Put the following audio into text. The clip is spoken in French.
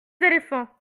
éléphants